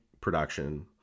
production